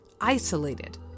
isolated